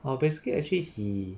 well basically actually he